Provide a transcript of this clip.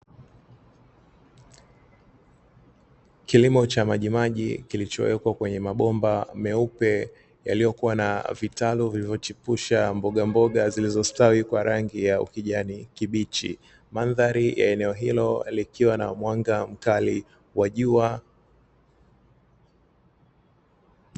Kilimo cha majimaji, kilichowekwa kwenye mabomba meupe yaliyokuwa na vitalu vilivyochipusha mbogamboga zilizostawi kwa rangi ya ukijani kibichi. Mandhari ya eneo hilo likiwa na mwanga mkali wa jua.